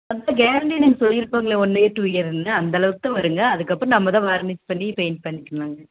அந்த கேரண்ட்டி நாங்கள் சொல்லிருபோங்களே ஒன் இயர் டூ இயருன்னு அந்த அளவுக்கு வருங்க அதற்கப்புறம் நம்ம தான் வார்னிஸ் பண்ணி பெயிண்ட் பண்ணிக்கலாங்க